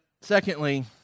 secondly